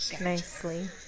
Nicely